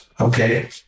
okay